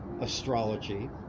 astrology